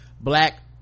black